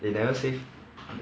they never say